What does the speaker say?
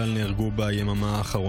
נעולה.